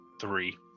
Three